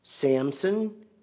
Samson